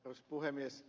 arvoisa puhemies